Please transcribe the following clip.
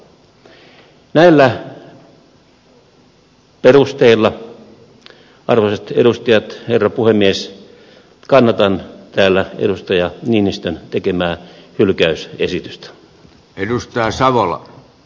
näillä perusteilla arvoisat edustajat herra puhemies kannatan täällä edustaja niinistön tekemää hylkäysesitystä